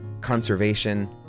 conservation